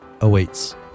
awaits